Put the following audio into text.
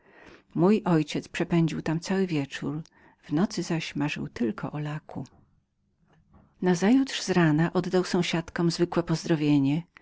mój ojciec przepędził tam cały wieczór w nocy zaś marzył tylko o laku nazajutrz z rana oddał sąsiadom zwykłe pozdrowienie